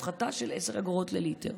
הפחתה של 10 אגורות לליטר,